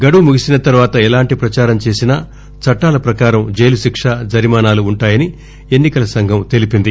గడువు ముగిసిన తర్వాత ఎలాంటి పచారం చేసిన చట్లాల పకారం జైలు శిక్ష జరిమానాలు ఉంటాయని ఎన్నికల సంఘం తెలిపింది